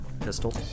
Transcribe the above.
pistol